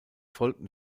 folgten